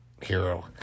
Hero